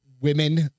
women